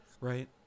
right